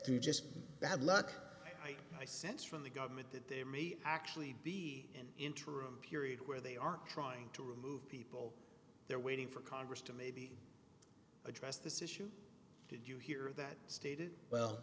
to just bad luck i sense from the government that they may actually be an interim period where they are trying to remove people there waiting for congress to maybe address this issue did you hear that stated well